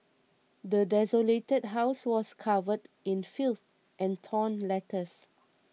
the desolated house was covered in filth and torn letters